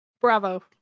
Bravo